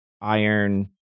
Iron